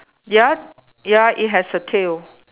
ya ya it has a tail